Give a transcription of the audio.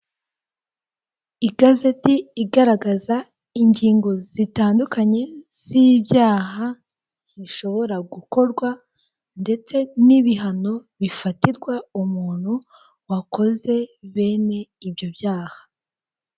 Igazeti igaragaza ingingo zitandukanye z'ibyaha bishobora gukorwa ndetse n'ibihano bifatirwa umuntu wakoze bene ibyo byaha.